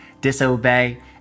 disobey